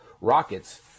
Rocket's